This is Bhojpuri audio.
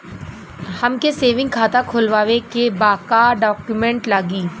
हमके सेविंग खाता खोलवावे के बा का डॉक्यूमेंट लागी?